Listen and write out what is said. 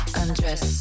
undress